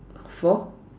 for